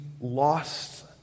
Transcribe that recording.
lost